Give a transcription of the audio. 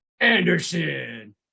Anderson